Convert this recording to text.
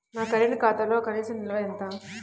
నా కరెంట్ ఖాతాలో కనీస నిల్వ ఎంత?